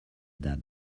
that